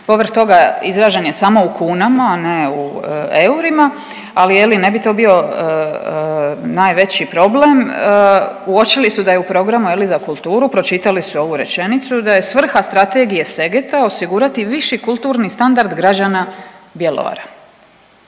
povrh toga izražen je samo u kunama, ne u eurima. Ali je li ne bi to bio najveći problem, uočili su da je u programu za kulturu, pročitali su ovu rečenicu da je svrha strategije Segeta osigurati viši kulturni standard građana Bjelovara.